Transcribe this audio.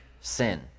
sin